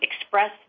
express